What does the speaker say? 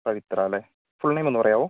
പവിത്ര അല്ലെ full name ഒന്ന് പറയാമോ